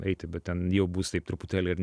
eiti bet ten jau bus taip truputėlį ir